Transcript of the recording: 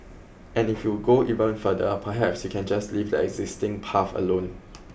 and if you go even further perhaps you can just leave the existing path alone